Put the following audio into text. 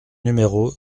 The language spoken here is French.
numéro